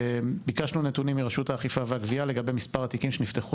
ביקשנו נתונים מרשות האכיפה והגבייה לגבי מספר התיקים שנפתחו